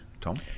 Tom